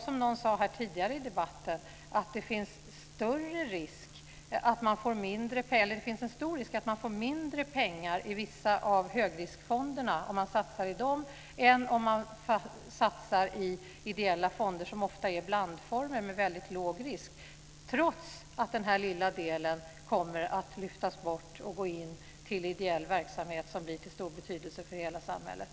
Som någon sade tidigare i debatten här är risken stor att man får mindre pengar om man satsar i vissa av högriskfonderna än om man satsar i ideella fonder som ofta är blandformer med väldigt låg risk, trots att den här lilla delen kommer att lyftas bort och gå in i ideell verksamhet som blir till stor betydelse för hela samhället.